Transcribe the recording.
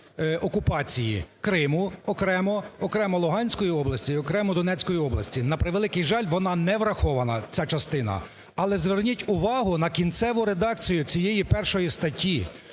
окупації Криму – окремо, окремо – Луганської області і окремо – Донецької області. На превеликий жаль, вона неврахована ця частина. Але зверніть увагу на кінцеву редакцію цієї першої статті,